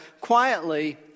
quietly